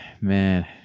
man